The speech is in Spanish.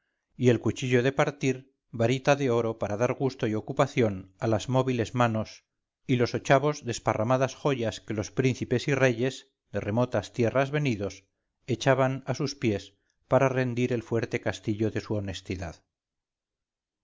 y el cuchillo de partir varita de oro para dar gusto y ocupación a las móviles manos y los ochavos desparramadas joyas que los príncipes y reyes de remotas tierras venidos echaban a sus pies para rendir el fuerte castillo de su honestidad